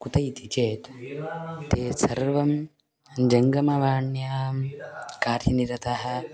उत इति चेत् ते सर्वे जङ्गमवाण्यां कार्यनिरताः